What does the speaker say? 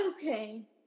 Okay